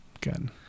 Good